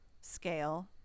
Scale